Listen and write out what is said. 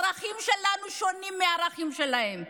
הערכים שלנו שונים מהערכים שלהם.